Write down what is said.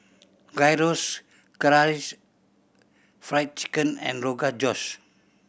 Gyros Karaage Fried Chicken and Rogan Josh